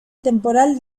temporal